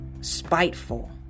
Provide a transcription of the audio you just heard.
spiteful